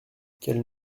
qu’elles